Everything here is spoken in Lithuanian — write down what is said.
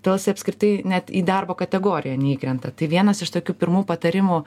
tol jisai apskritai net į darbo kategoriją neįkrenta tai vienas iš tokių pirmų patarimų